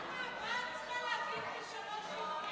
מה את צריכה להגיד ב-03:00?